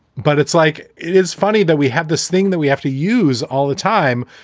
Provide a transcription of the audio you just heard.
but it's like it is funny that we had this thing that we have to use all the time,